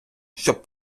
щоб